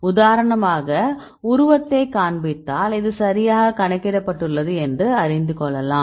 உதாரணமாகஉருவத்தைக் காண்பித்தால் இது சரியாக கணக்கிடப்பட்டுள்ளது என்று அறிந்து கொள்ளலாம்